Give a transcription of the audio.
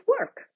work